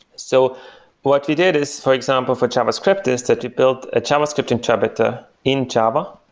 so what we did is, for example, for javascript, is that we built a javascript interpreter in java,